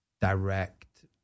direct